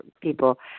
people